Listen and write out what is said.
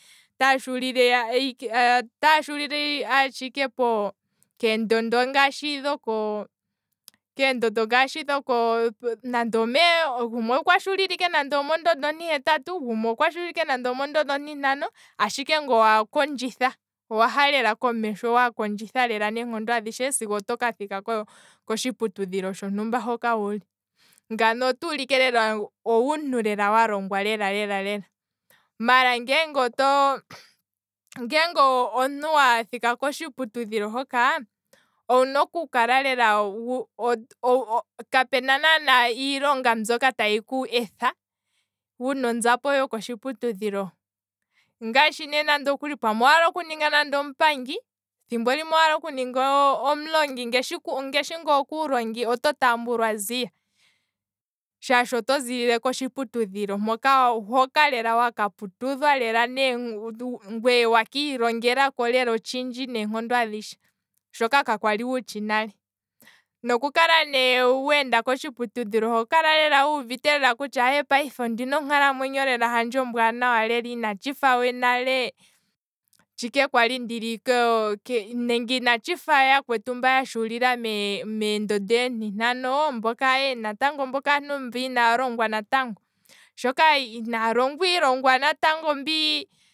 Taa shuulile ike keendondo ngaashi dhoko. keendondo ngaashi dhoko, nande omee, gumwe okwashuulila ike nande omondondo onti hetatu, gumwe okwashulila ike nande omondondo onti ntano, ashike ngweye owakondjitha, owaha lela komesho wakondjitha neenkondo adhishe sigo otoka thika kotshiputudhilo hoka wuli, ngano otuulike kutya owuntu alongwa lela lela, maala ngele oto ngele omuntu wathika kotshiputudhilo hoka, owuna oku kala lela kapuna naana lela iilonga mbyoka tayi ku etha wuna onzapo yokotshiputudhilo ngaashi thimbo limwe owaala okuninga nande omupangi, nenge omulongi, ngaashi ne kuulongi oto tambulwa nziya shaashi oto ziilile kotshiputudhilo hoka lela waka putudhwa ngweye owa kiilongela lela otshindji neenkondo adhishe, shoka ka kwali wutshi nale, nokukala nee weenda kotshiputudhilo ohokala wuuvite lela kutya, payife ondina onkalamwenyo handje lela inatshifa we nale shi kwali ndili, nenge inatshifa yakwetu mboka ya shuulila meendondo eenti natno mboka aye natango mboka aantu inaalongwa natango, shaashi inaya longwa iilongwa natango mbi